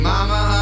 Mama